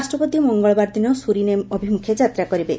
ରାଷ୍ଟ୍ରପତି ମଙ୍ଗଳବାର ଦିନ ସୁରନେମ ଅଭିମୁଖେ ଯାତ୍ରା କରିବେ